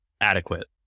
adequate